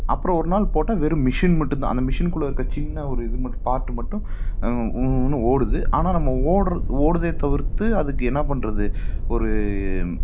அப்பறம் ஒரு நாள் போட்டால் வெறும் மிஷின் மட்டும் தான் அந்த மிஷின்குள்ளே இருக்க சின்ன ஒரு இது மட்டும் பார்ட்டு மட்டும் ஊன்னு ஓடுது ஆனால் நம்ம ஓடுகிற ஓடுதே தவிர்த்து அதுக்கு என்ன பண்ணுறது ஒரு